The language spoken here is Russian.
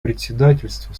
председательства